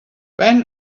when